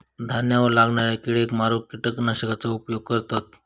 धान्यावर लागणाऱ्या किडेक मारूक किटकनाशकांचा उपयोग करतत